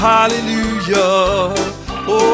Hallelujah